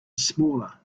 smaller